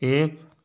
एक